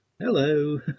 Hello